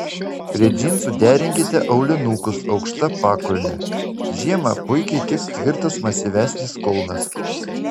prie džinsų derinkite aulinukus aukšta pakulne žiemą puikiai tiks tvirtas masyvesnis kulnas